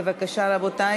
בבקשה, רבותי.